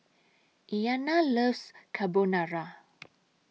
Iyanna loves Carbonara